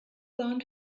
bahn